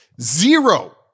Zero